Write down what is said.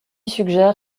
suggère